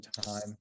time